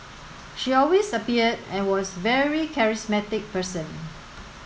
she always appeared and was very charismatic person